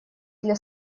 для